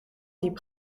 diep